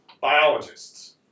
biologists